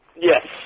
Yes